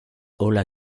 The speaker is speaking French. olga